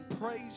praise